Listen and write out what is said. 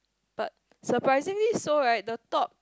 but surprisingly so right the top